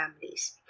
families